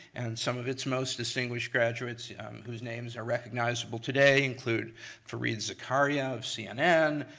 and some of its most distinguished graduates whose names are recognizable today include fareed zakaria of cnn,